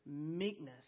meekness